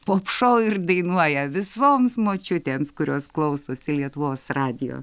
pop šou ir dainuoja visoms močiutėms kurios klausosi lietuvos radijo